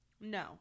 No